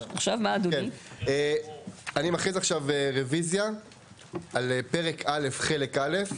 אני מכריז עכשיו רביזיה על פרק א' חלק א',